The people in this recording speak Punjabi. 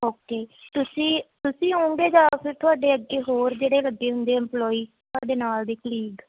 ਓਕੇ ਤੁਸੀਂ ਤੁਸੀਂ ਹੋਓਂਗੇ ਜਾਂ ਫਿਰ ਤੁਹਾਡੇ ਅੱਗੇ ਹੋਰ ਜਿਹੜੇ ਲੱਗੇ ਹੁੰਦੇ ਇਮਪਲੋਈ ਤੁਹਾਡੇ ਨਾਲ ਦੇ ਕਲੀਗ